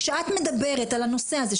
כשאת מדברת על הנושא הזה,